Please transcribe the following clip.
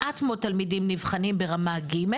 מעט מאוד תלמידים נבחנים ברמה ג',